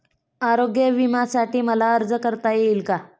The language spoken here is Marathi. आरोग्य विम्यासाठी मला अर्ज करता येईल का?